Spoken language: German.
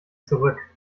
zurück